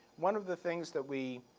one of the things that we